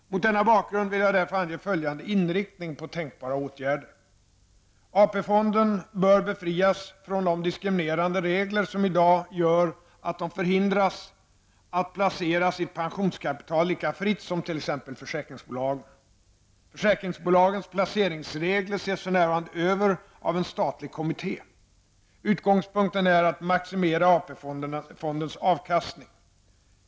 Mot denna bakgrund vill jag därför ange följande inriktning på tänkbara åtgärder: -- AP-fonden bör befrias från de diskriminerande regler som i dag gör att de förhindras att placera sitt pensionskapital lika fritt som t.ex. försäkringsbolagen. Försäkringsbolagens placeringsregler ses för närvarande över av en statlig kommitté. Utgångspunkten är att maximera AP-fondens avkastning.